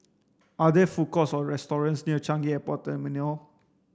are there food courts or restaurants near Changi Airport Terminal